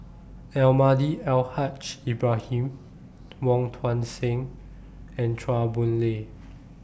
Almahdi Al Haj Ibrahim Wong Tuang Seng and Chua Boon Lay